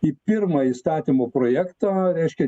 į pirmąjį įstatymo projektą reiškia